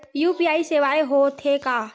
UPI सेवाएं हो थे का?